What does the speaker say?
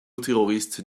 terroristes